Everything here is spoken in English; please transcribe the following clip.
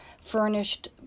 furnished